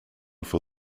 for